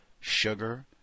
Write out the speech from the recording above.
sugar